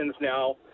now